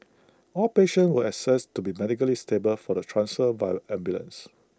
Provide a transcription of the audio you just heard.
all patients were assessed to be medically stable for the transfer via ambulances